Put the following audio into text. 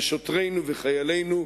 ושוטרינו וחיילינו,